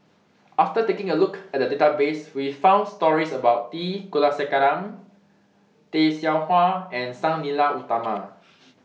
after taking A Look At The Database We found stories about T Kulasekaram Tay Seow Huah and Sang Nila Utama